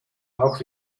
auch